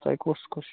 تۄہہِ کُس کُس چھُ